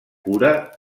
cura